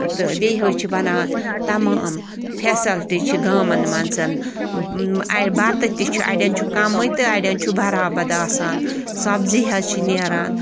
تہٕ بیٚیہِ حظ چھِ بَنان تمام فیسلٹی چھِ گامَن منٛز بَتہٕ تہِ چھِ اَڑٮ۪ن چھُ کَمٕے تہٕ اَڑٮ۪ن چھُ برابد آسان سبزی حظ چھِ نیران